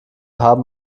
haben